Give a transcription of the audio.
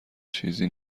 چیزی